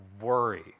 worry